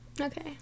Okay